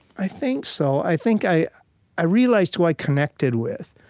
i think so. i think i i realized who i connected with,